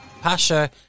Pasha